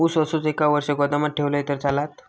ऊस असोच एक वर्ष गोदामात ठेवलंय तर चालात?